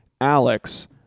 Alex